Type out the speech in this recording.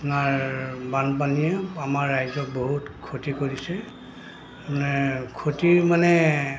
আপোনাৰ বানপানীয়ে আমাৰ ৰাইজক বহুত ক্ষতি কৰিছে মানে ক্ষতি মানে